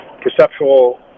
perceptual